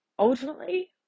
ultimately